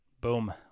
Boom